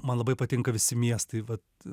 man labai patinka visi miestai vat